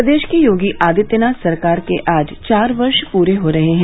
प्रदेश की योगी आदित्यनाथ सरकार के आज चार वर्ष पूरे हो रहे हैं